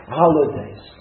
holidays